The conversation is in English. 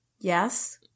Yes